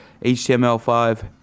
HTML5